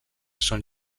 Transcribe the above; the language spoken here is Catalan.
són